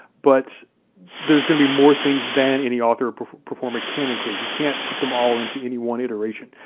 but there's gonna be more things than any author or performer can include. you can't put them all into any one iteration,